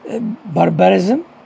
barbarism